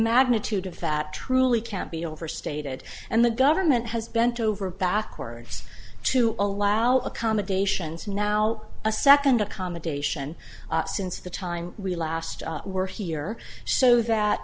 magnitude of that truly can't be overstated and the government has bent over backwards to allow accommodations now a second accommodation since the time we last were here so that